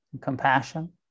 compassion